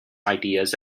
ideas